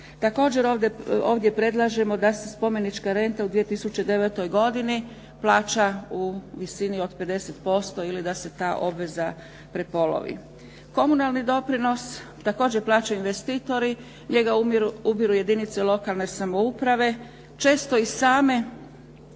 Također ovdje predlažemo da se spomenička renta u 2009. godini plaća u visini od 50% ili da se ta obveza prepolovi. Komunalni doprinos također plaćaju investitori, njega ubiru jedinice lokalne samouprave, često i same